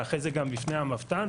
ואחרי זה גם בפני המבת"ן.